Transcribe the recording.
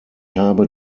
habe